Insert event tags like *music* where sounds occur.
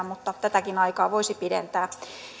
*unintelligible* mutta tätäkin aikaa voisi pidentää